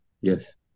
yes